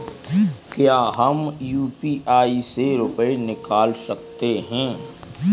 क्या हम यू.पी.आई से रुपये निकाल सकते हैं?